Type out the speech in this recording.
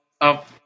up